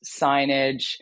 signage